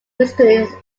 musical